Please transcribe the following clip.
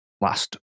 last